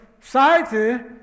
society